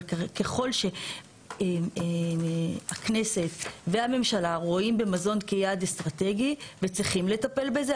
אבל ככל שהכנסת והממשלה רואים במזון כיעד אסטרטגי וצריכים לטפל בזה,